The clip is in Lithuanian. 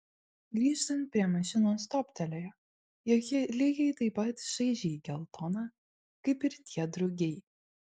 grįžtant prie mašinos toptelėjo jog ji lygiai taip pat šaižiai geltona kaip ir tie drugiai